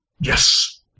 Yes